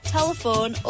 Telephone